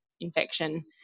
infection